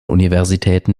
universitäten